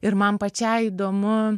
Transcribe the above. ir man pačiai įdomu